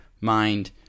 mind